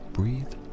breathe